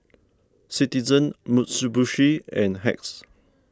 Citizen Mitsubishi and Hacks